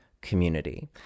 community